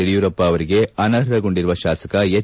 ಯಡಿಯೂರಪ್ಪ ಅವರಿಗೆ ಅನರ್ಹಗೊಂಡಿರುವ ಶಾಸಕ ಎಚ್